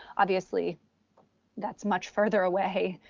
obviously that's much further away.